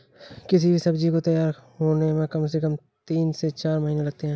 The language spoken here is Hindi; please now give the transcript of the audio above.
किसी भी सब्जी को तैयार होने में कम से कम तीन से चार महीने लगते हैं